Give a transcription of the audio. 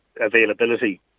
availability